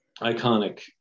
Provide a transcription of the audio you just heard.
iconic